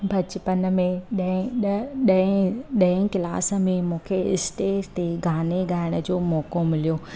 बचपन में ॾह ॾह ॾह ॾह ॾह क्लास में मूंखे स्टेज ते गाने ॻाइण जो मौको मिलियो